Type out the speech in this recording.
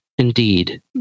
Indeed